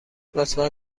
لطفا